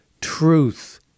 truth